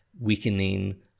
weakening